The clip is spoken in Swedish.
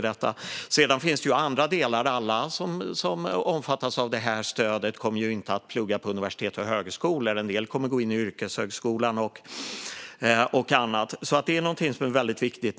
Det finns också andra delar. Alla som omfattas av det här stödet kommer ju inte att plugga på universitet eller högskola. En del kommer att gå in i yrkeshögskolan och annat, så det är någonting som är väldigt viktigt.